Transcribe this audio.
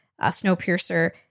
Snowpiercer